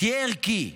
תהיה ערכי.